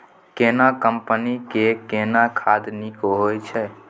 केना कंपनी के केना खाद नीक होय छै?